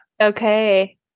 Okay